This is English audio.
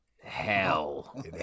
Hell